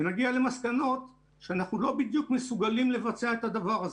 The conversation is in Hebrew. ונגיע למסקנות שאנחנו לא בדיוק מסוגלים לבצע את הדבר הזה.